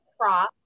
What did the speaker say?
Cross